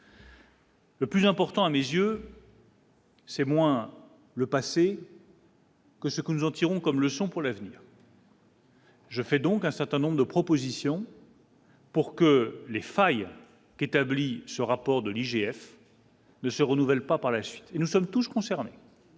Le plus important à mes yeux. C'est moins le passé. Que ce que nous en tirons comme leçon pour l'avenir. Je fais donc un certain nombre de propositions. Pour que les failles qui établit ce rapport de l'IGF. Ne se renouvelle pas par la suite et nous sommes tous concernés.